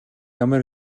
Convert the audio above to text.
ямар